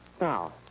Now